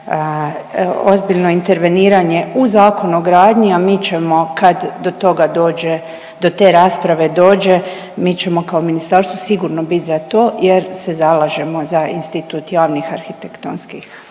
ozbiljno interveniranje u Zakon o gradnji, a mi ćemo kad do toga dođe, do te rasprave dođe mi ćemo kao ministarstvo sigurno biti za to jer se zalažemo za institut javnih arhitektonskih